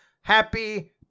Happy